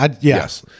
Yes